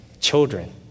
children